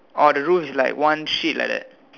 oh the rules is like one sheet like that